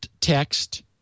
text